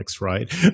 right